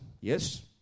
Yes